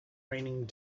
raining